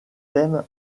thèmes